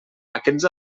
aquests